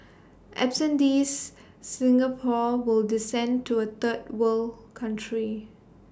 absent these Singapore will descend to A third world country